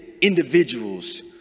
individuals